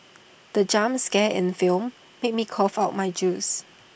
the jump scare in the film made me cough out my juice